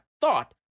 thought